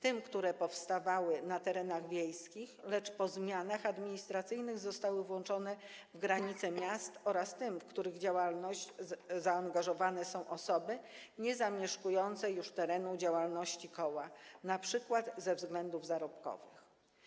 tym, które powstawały na terenach wiejskich, lecz po zmianach administracyjnych zostały włączone w granice miast, jak i tym, w których działalność zaangażowane są osoby niezamieszkujące już terenu działalności koła np. ze względów zarobkowych.